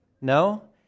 No